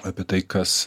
apie tai kas